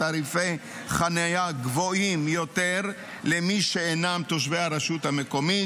תעריפי חניה גבוהים יותר למי שאינם תושבי הרשות המקומית.